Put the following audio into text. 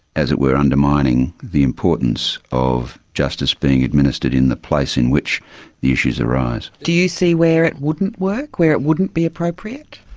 as it were, undermining the importance of justice being administered in the place in which the issues arise. do you see where it wouldn't work, where it wouldn't be appropriate?